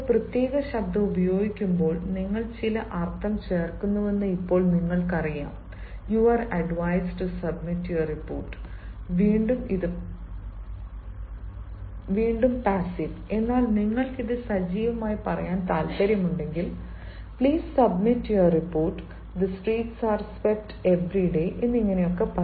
നിങ്ങൾ ഒരു പ്രത്യേക ശബ്ദം ഉപയോഗിക്കുമ്പോൾ നിങ്ങൾ ചില അർത്ഥം ചേർക്കുന്നുവെന്ന് ഇപ്പോൾ നിങ്ങൾക്കറിയാം you are advised to submit your report you are advised to submit your report വീണ്ടും പാസ്സീവ് എന്നാൽ നിങ്ങൾക്ക് ഇത് സജീവമായി പറയാൻ താൽപ്പര്യമുണ്ടെങ്കിൽ please submit the report the streets are swept every day please submit your report